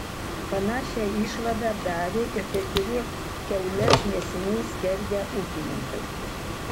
panašią išvadą darė ir kai kurie kiaules neseniai skerdę ūkininkai